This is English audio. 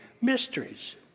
mysteries